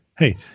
Hey